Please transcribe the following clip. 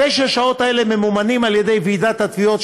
תשע השעות האלה ממומנות על-ידי ועידת התביעות,